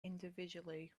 individually